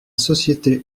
société